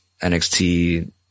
NXT